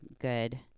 good